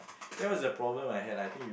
there was the problem I had I think